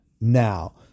now